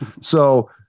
So-